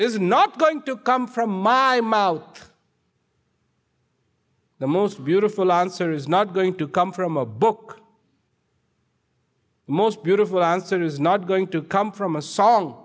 is not going to come from my mouth the most beautiful answer is not going to come from a book most beautiful answer is not going to come from a song